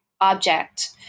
object